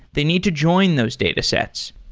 they need to join those datasets.